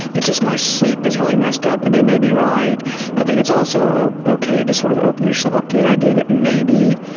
it's just my sleep is really messed up. and they may be right, but i think it's also okay to sort of open yourself up to the idea that maybe